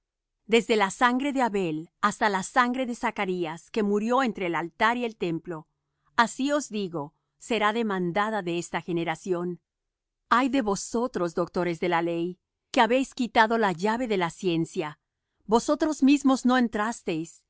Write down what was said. desde la sangre de abel hasta la sangre de zacarías que murió entre el altar y el templo así os digo será demandada de esta generación ay de vosotros doctores de la ley que habéis quitado la llave de la ciencia vosotros mismos no entrasteis